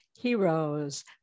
heroes